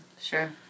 Sure